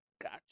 Gotcha